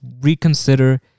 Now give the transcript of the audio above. reconsider